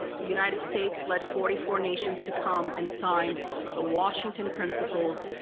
the united states led forty four nations to come and sign the washington principles,